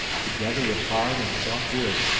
together with hard and soft woods,